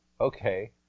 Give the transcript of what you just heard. Okay